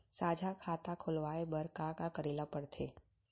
साझा खाता खोलवाये बर का का करे ल पढ़थे?